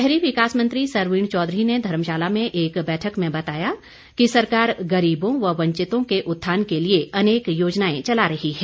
शहरी विकास मंत्री सरवीण चौधरी ने धर्मशाला में एक बैठक में बताया कि सरकार गरीबों व वंचितों के उत्थान के लिए अनेक योजनाएं चला रही है